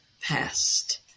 past